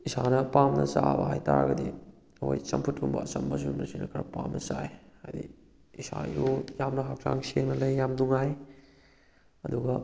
ꯏꯁꯥꯅ ꯄꯥꯝꯅ ꯆꯥꯕ ꯍꯥꯏꯕꯇꯥꯔꯒꯗꯤ ꯑꯩꯈꯣꯏ ꯆꯝꯐꯨꯠꯀꯨꯝꯕ ꯑꯆꯝꯕ ꯑꯁꯨꯝꯕꯁꯤꯅ ꯈꯔ ꯄꯥꯝꯅ ꯆꯥꯏ ꯍꯥꯏꯕꯗꯤ ꯏꯁꯥ ꯏꯔꯨ ꯌꯥꯝꯅ ꯍꯛꯆꯥꯡ ꯁꯦꯡꯅ ꯂꯩ ꯌꯥꯝ ꯅꯨꯡꯉꯥꯏ ꯑꯗꯨꯒ